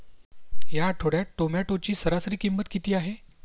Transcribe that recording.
या आठवड्यात टोमॅटोची सरासरी किंमत किती आहे?